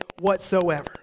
whatsoever